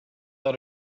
let